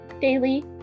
daily